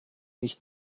nicht